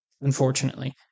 unfortunately